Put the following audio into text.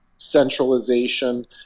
centralization